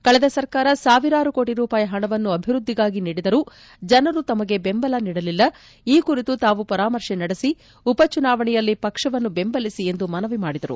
ಕಳೆದ ಸರ್ಕಾರ ಸಾವಿರಾರು ಕೋಟಿ ರೂಪಾಯಿ ಹಣವನ್ನು ಅಭಿವೃದ್ದಿಗಾಗಿ ನೀಡಿದರೂ ಜನರು ತಮಗೆ ಬೆಂಬಲ ನೀಡಲಿಲ್ಲ ಈ ಕುರಿತು ತಾವು ಪರಾಮರ್ಶೆ ನಡೆಸಿ ಉಪ ಚುನಾವಣೆಯಲ್ಲಿ ಪಕ್ಷವನ್ನು ಬೆಂಬಲಿಸಿ ಎಂದು ಮನವಿ ಮಾಡಿದರು